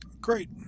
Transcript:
Great